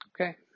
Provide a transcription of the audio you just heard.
Okay